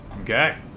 Okay